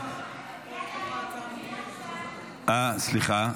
סליחה,